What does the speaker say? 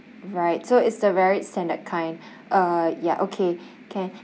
right so is the varied standard kind uh ya okay okay